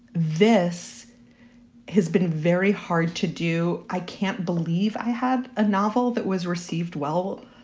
this has been very hard to do. i can't believe i had a novel that was received well.